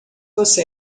você